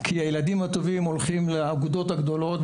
כי הילדים הטובים הולכים לאגודות הגדולות,